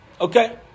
Okay